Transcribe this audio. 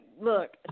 Look